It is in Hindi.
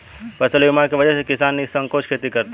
फसल बीमा की वजह से किसान निःसंकोच खेती करते हैं